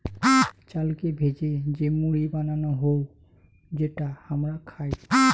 চালকে ভেজে যে মুড়ি বানানো হউ যেটা হামরা খাই